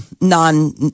Non